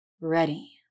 Ready